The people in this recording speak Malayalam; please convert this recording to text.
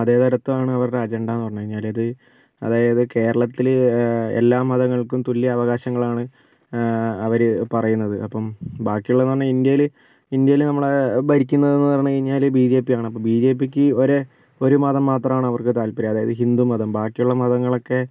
മതേതരത്വം ആണ് അവരുടെ അജണ്ടാന്ന് പറഞ്ഞുകഴിഞ്ഞാൽ അത് അതായത് കേരളത്തിൽ എല്ലാ മതങ്ങൾക്കും തുല്യ അവകാശങ്ങളാണ് അവർ പറയുന്നത് ബാക്കിയുള്ളതെന്ന് പറഞ്ഞാൽ ഇന്ത്യയിൽ ഇന്ത്യയിൽ നമ്മളെ ഭരിക്കുന്നതെന്ന് പറഞ്ഞുകഴിഞ്ഞാൽ ബി ജെ പിയാണ് അപ്പോൾ ബി ജെ പിക്ക് ഒരു ഒരു മതം മാത്രമാണ് അവർക്ക് താല്പര്യം അതായത് ഹിന്ദു മതം ബാക്കിയുള്ള മതങ്ങളൊക്കെ